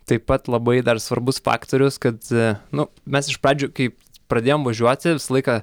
taip pat labai dar svarbus faktorius kad nu mes iš pradžių kaip pradėjom važiuoti visą laiką